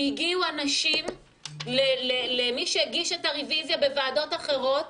והגיעו אנשים למי שהגיש את הרביזיה בוועדות אחרות,